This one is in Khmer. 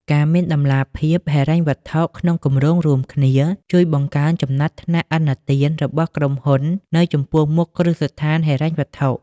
ការមានតម្លាភាពហិរញ្ញវត្ថុក្នុងគម្រោងរួមគ្នា ជួយបង្កើនចំណាត់ថ្នាក់ឥណទានរបស់ក្រុមហ៊ុននៅចំពោះមុខគ្រឹះស្ថានហិរញ្ញវត្ថុ។